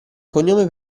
cognome